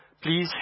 Please